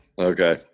Okay